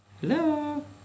Hello